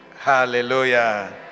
Hallelujah